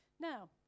Now